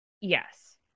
yes